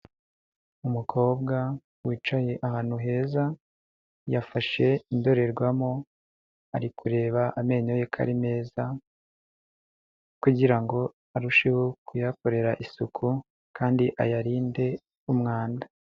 Umukobwa wicaye ahantu heza, yafashe indorerwamo ari kureba amenyo ye ko ari meza, kugira ngo arusheho kuyakorera isuku kandi ayarinde umwanda.